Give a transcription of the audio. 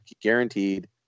guaranteed